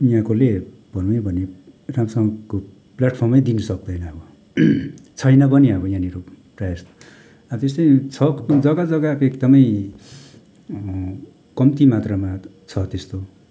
यहाँकोले भनौँ नै भने राम्रोसँगको प्ल्याटफर्मै दिन सक्दैन अब छैन पनि अब यहाँनिर प्राय जस्तो अब त्यस्तै छ जग्गा जग्गाको एकदमै कम्ती मात्रामा छ त्यस्तो